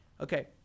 okay